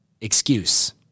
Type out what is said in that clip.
excuse